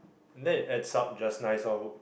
then it adds up just nice all